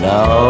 Now